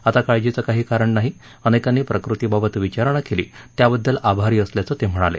आता काळजीचं काही कारण नाही अनेकांनी प्रकृतीबाबत विचारणा केली त्याबद्दल आभारी असल्याचं ते म्हणाले